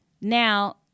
now